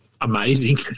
amazing